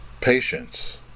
patience